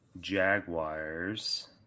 Jaguars